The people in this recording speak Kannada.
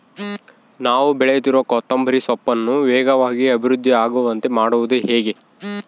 ನಾನು ಬೆಳೆಸುತ್ತಿರುವ ಕೊತ್ತಂಬರಿ ಸೊಪ್ಪನ್ನು ವೇಗವಾಗಿ ಅಭಿವೃದ್ಧಿ ಆಗುವಂತೆ ಮಾಡುವುದು ಹೇಗೆ?